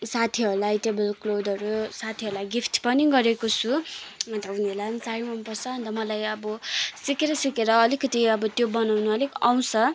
साथीहरूलाई टेबल क्लोथहरू साथीहरूलाई गिफ्ट पनि गरेको छु अन्त उनीहरूलाई पनि साह्रै मन पर्छ अन्त मलाई अब सिकेर सिकेर अलिकति अब त्यो बनाउँनु अलिक आउँछ